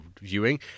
viewing